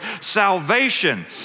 salvation